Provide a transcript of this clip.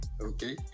Okay